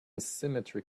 symmetric